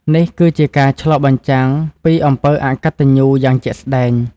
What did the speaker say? នេះគឺជាការឆ្លុះបញ្ចាំងពីអំពើអកតញ្ញូយ៉ាងជាក់ស្តែង។